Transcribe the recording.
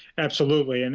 absolutely. and